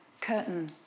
curtain